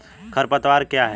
खरपतवार क्या है?